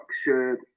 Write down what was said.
structured